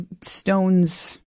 stones